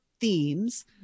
themes